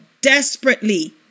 desperately